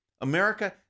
America